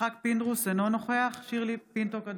יצחק פינדרוס, אינו נוכח שירלי פינטו קדוש,